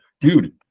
dude